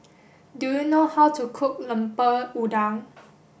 do you know how to cook Lemper Udang